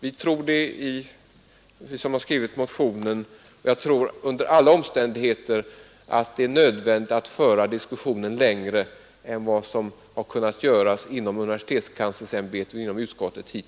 Det tror vi som har väckt motionen. Jag tror under alla omständigheter att det är nödvändigt att föra diskussionen längre än vad som hittills har kunnat göras inom universitetskanslersämbetet och inom utskottet.